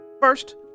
First